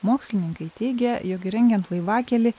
mokslininkai teigia jog įrengiant laivakelį